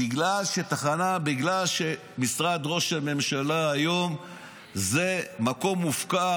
בגלל שמשרד ראש הממשלה היום זה מקום מופקר.